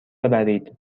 ببرید